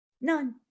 None